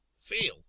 feel